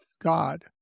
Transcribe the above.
God